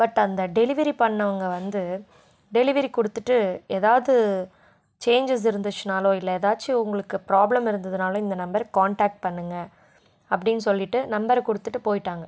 but அந்த delivery பண்ணவங்கள் வந்து டெலிவரி கொடுத்துட்டு ஏதாவது சேஞ்சஸ் இருந்துச்சினாலோ இல்லை ஏதாச்சும் உங்களுக்கு ப்ராப்ளம் இருந்ததனாலோ இந்த நம்பருக்கு காண்டாக்ட் பண்ணுங்கள் அப்படின்னு சொல்லிட்டு நம்பரை கொடுத்துட்டு போயிட்டாங்கள்